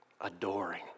adoring